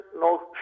no